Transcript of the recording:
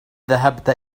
ذهبت